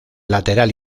lateral